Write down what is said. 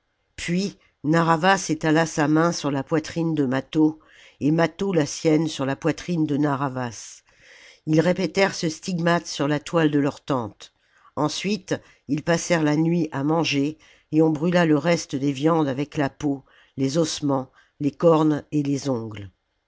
puis narr'havas étala sa main sur la poitrine de mâtho et mâtho la sienne sur la poitrine de narr'havas ils répétèrent ce stigmate sur la toile de leurs tentes ensuite ils passèrent la nuit à manger et on brûla le reste des viandes avec la peau les ossements les cornes et les ongles